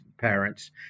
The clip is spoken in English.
parents